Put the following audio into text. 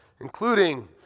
including